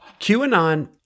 QAnon